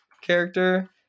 character